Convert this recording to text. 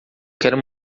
quero